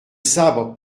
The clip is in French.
sabre